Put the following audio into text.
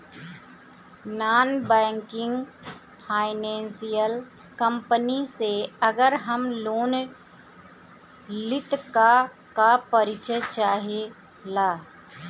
Non banking financial company से अगर हम लोन लि त का का परिचय चाहे ला?